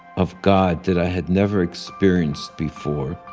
of god that i had never experienced before.